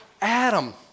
Adam